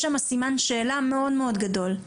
יש שם סימן שאלה מאוד מאוד גדול.